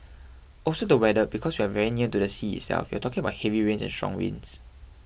also the weather because we are very near to the sea itself you're talking about heavy rains and strong winds